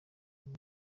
muri